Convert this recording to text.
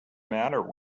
matter